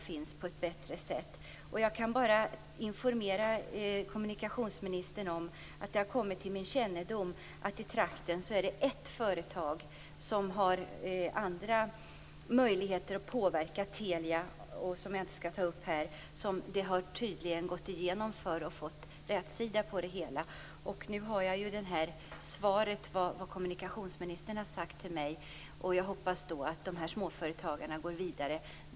Det handlar om att viljan finns. Jag kan slutligen informera kommunikationsministern om att det har kommit till min kännedom att det i nämnda trakt finns ett företag som har andra möjligheter att påverka Telia - jag skall dock inte nämna företagets namn här - och som tydligen fått igenom sina krav och fått rätsida på det hela. Här har jag nu svaret med det som kommunikationsministern sagt till mig. Jag hoppas att de här småföretagarna går vidare.